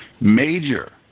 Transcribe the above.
major